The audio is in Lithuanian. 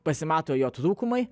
pasimato jo trūkumai